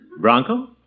Bronco